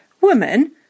Woman